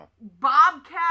Bobcat